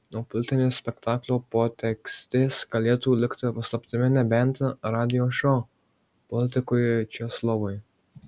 o politinės spektaklio potekstės galėtų likti paslaptimi nebent radijo šou politikui česlovui